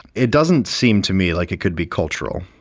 it doesn't seem to me like it could be cultural,